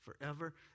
forever